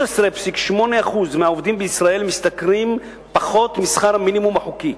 13.8% מהעובדים בישראל משתכרים פחות משכר המינימום החוקי.